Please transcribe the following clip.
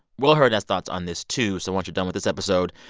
will hurd has thoughts on this, too, so once you're done with this episode,